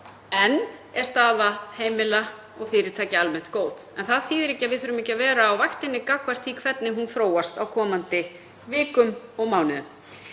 enn er staða heimila og fyrirtækja almennt góð. Það þýðir ekki að við þurfum ekki að vera á vaktinni gagnvart því hvernig mál þróast á komandi vikum og mánuðum.